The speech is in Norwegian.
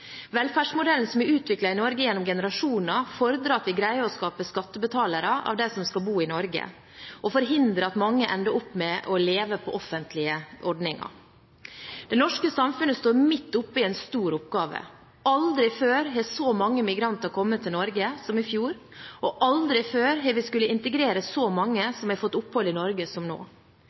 Velferdsmodellen som er utviklet i Norge gjennom generasjoner, fordrer at vi greier å skape skattebetalere av dem som skal bo i Norge, og forhindre at for mange ender opp med å leve på offentlige ordninger. Det norske samfunnet står midt oppe i en stor oppgave. Aldri før har så mange migranter kommet til Norge som i fjor, og aldri før har vi skullet integrere så mange som har fått opphold i Norge, som nå.